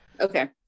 Okay